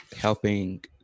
helping